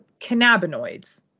cannabinoids